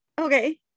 Okay